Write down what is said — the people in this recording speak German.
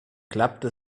klappte